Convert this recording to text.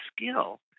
skill